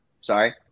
Sorry